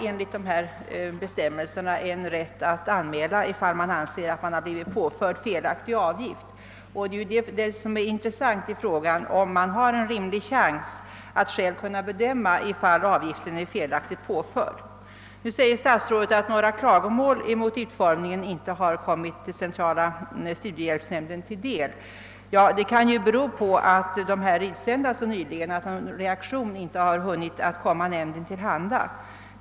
Enligt bestämmelserna har man ju rätt att anmäla om man anser sig ha blivit påförd en felaktig avgift, och det intressanta i frågan är därför om den enskilde har en rimlig chans att själv kunna bedöma om avgiften har blivit felaktigt påförd. Statsrådet säger att några klagomål mot utformningen inte kommit centrala studiehjälpsnämnden till del. Det kan bero på att beskeden har utsänts så nyligen att någon reaktion ännu inte hunnit visa sig.